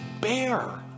bear